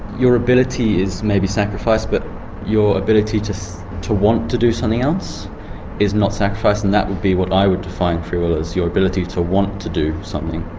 your ability is maybe sacrificed, but your ability to to want to do something else is not sacrificed, and that would be what i would define free will as your ability to want to do something.